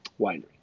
winery